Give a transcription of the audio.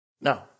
No